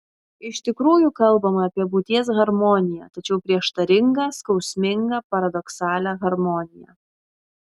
iš tikrųjų kalbama apie būties harmoniją tačiau prieštaringą skausmingą paradoksalią harmoniją